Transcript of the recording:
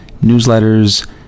newsletters